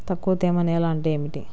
తక్కువ తేమ నేల అంటే ఏమిటి?